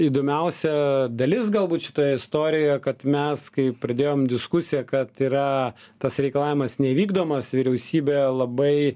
įdomiausia dalis galbūt šitoje istorijoje kad mes kai pradėjom diskusiją kad yra tas reikalavimas nevykdomas vyriausybė labai